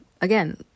again